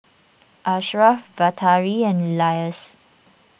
Ashraf Batari and Elyas